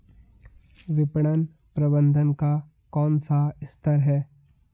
विपणन प्रबंधन का कौन सा स्तर है?